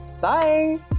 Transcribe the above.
Bye